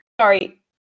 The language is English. Sorry